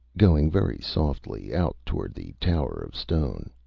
going very softly, out toward the tower of stone.